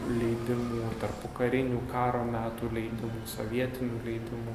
leidimų tarpupokarinių karo metų leidimų sovietinių leidimų